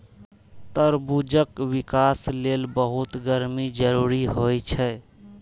तरबूजक विकास लेल बहुत गर्मी जरूरी होइ छै